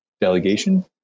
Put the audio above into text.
delegation